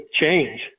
change